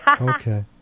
Okay